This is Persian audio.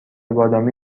بادامی